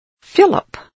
Philip